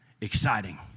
exciting